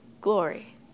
glory